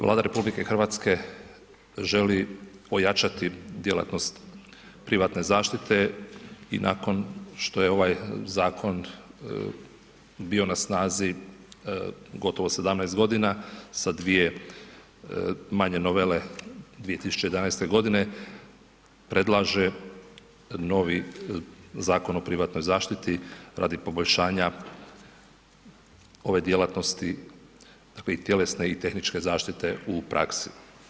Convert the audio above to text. Vlada RH želi ojačati djelatnost privatne zaštite i nakon što je ovaj zakon bio na snazi gotovo 17 g. sa dvije manje novele 2011. g. predlaže novi Zakon o privatnoj zaštiti radi poboljšanja ove djelatnosti, tjelesne i tehničke zaštite u praksi.